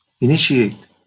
initiate